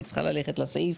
אני צריכה ללכת לסעיף,